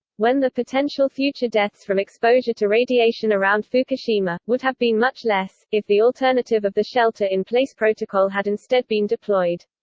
when the potential future deaths from exposure to radiation around fukushima, would have been much less, if the alternative of the shelter in place protocol had instead been deployed.